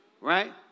right